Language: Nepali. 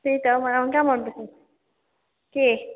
त्यही त मलाई पनि कहाँ मन पर्छ के